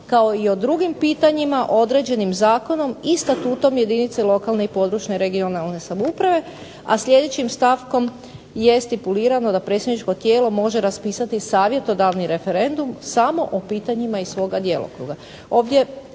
kao i o drugim pitanjima određenim zakonom i statutom jedinice lokalne i područne (regionalne) samouprave a sljedećim stavkom je stipulirano da predstavničko tijelo može raspisati savjetodavni referendum samo o pitanjima iz svoga djelokruga.